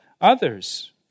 others